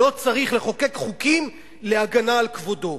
לא צריך לחוקק חוקים להגנה על כבודו,